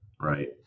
Right